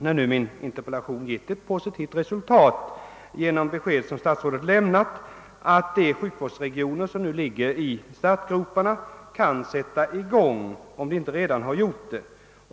När min interpellation nu givit ett positivt resultat genom det besked, som statsrådet lämnat, vill jag uttala förhoppningen att de sjukvårdsregioner som nu är aktuella kan sätta i gång sin verksamhet, om de inte redan gjort det.